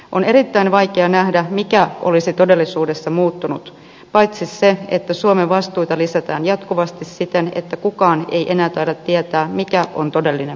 on erittäin vaikea nähdä mikä olisi todellisuudessa muuttunut paitsi se että suomen vastuita lisätään jatkuvasti siten että kukaan ei enää taida tietää mikä on todellinen määrä